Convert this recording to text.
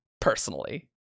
personally